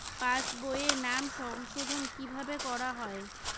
পাশ বইয়ে নাম সংশোধন কিভাবে করা হয়?